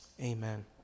Amen